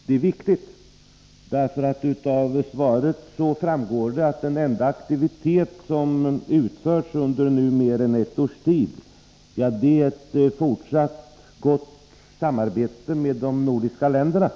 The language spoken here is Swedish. Det är viktigt därför att av svaret framgår att den enda aktivitet som har utförts under mer än ett års tid är ett fortsatt gott samarbete med de nordiska länderna.